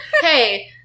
Hey